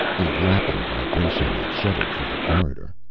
a lapping vibration that shuddered through the corridor.